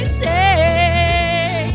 say